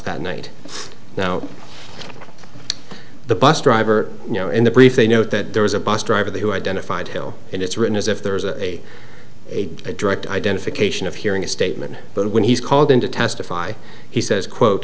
that night now the bus driver you know in the brief they note that there was a bus driver who identified hill and it's written as if there's a direct identification of hearing a statement but when he's called in to testify he says quote